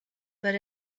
but